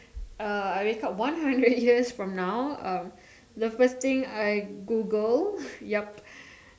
uh I wake up one hundred years from now um the first thing I Google yup